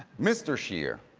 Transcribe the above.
mr. scheer,